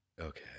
okay